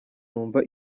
numva